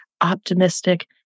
optimistic